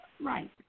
Right